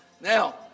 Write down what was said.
Now